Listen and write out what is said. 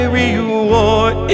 reward